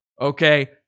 okay